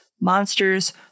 monsters